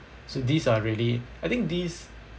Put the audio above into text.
so these are really I think these